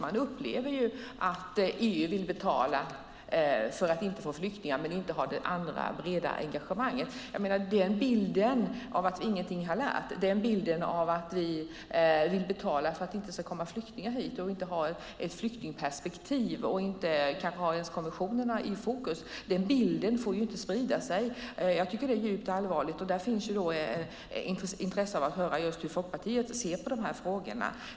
Man upplever att EU vill betala för att inte få flyktingar men inte har det breda engagemanget. Bilden av att vi inget har lärt, att vi vill betala för att det inte ska komma flyktingar hit, att vi inte har ett flyktingperspektiv och att vi inte ens har konventionerna i fokus får inte sprida sig. Jag tycker att det är djupt allvarligt. Det finns intresse av att höra hur Folkpartiet ser på de här frågorna.